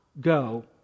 go